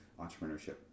entrepreneurship